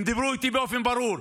הם דיברו איתי באופן ברור.